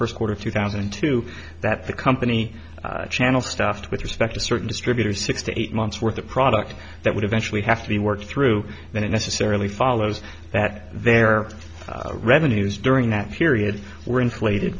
first quarter two thousand and two that the company channel stuffed with respect to certain distributors six to eight months worth of product that would eventually have to be worked through that it necessarily follows that their revenues during that period were inflated